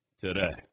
today